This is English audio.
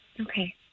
Okay